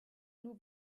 nur